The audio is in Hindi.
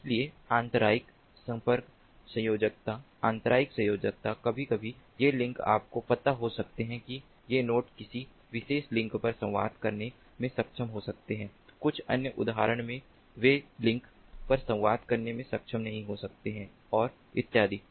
इसलिए आंतरायिक संपर्क संयोजकता आंतरायिक संयोजकता कभी कभी ये लिंक आपको पता हो सकते हैं कि ये नोड्स किसी विशेष लिंक पर संवाद करने में सक्षम हो सकते हैं कुछ अन्य उदाहरणों में वे लिंक पर संवाद करने में सक्षम नहीं हो सकते हैं और इत्यादि